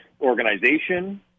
organization